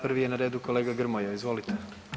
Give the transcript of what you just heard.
Prvi je na redu kolega Grmoja, izvolite.